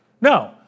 No